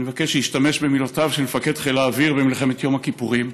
נבקש להשתמש במילותיו של מפקד חיל האוויר במלחמת יום הכיפורים: